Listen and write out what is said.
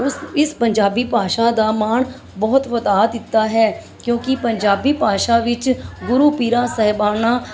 ਉਸ ਇਸ ਪੰਜਾਬੀ ਭਾਸ਼ਾ ਦਾ ਮਾਣ ਬਹੁਤ ਵਧਾ ਦਿੱਤਾ ਹੈ ਕਿਉਂਕਿ ਪੰਜਾਬੀ ਭਾਸ਼ਾ ਵਿੱਚ ਗੁਰੂ ਪੀਰਾਂ ਸਾਹਿਬਾਨਾਂ